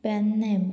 Pernem